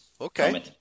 Okay